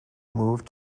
moved